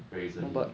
very easily